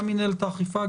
גם מנהלת האכיפה,